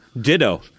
Ditto